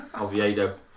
Oviedo